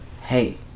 hey